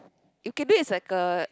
you can bet it's like a